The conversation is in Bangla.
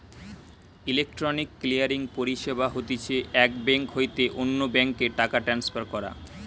ইলেকট্রনিক ক্লিয়ারিং পরিষেবা হতিছে এক বেঙ্ক হইতে অন্য বেঙ্ক এ টাকা ট্রান্সফার করা